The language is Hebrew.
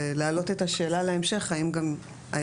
ולהעלות את השאלה להמשך באמת האם היה